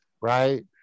right